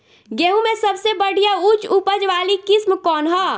गेहूं में सबसे बढ़िया उच्च उपज वाली किस्म कौन ह?